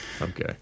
Okay